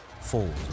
falls